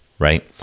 Right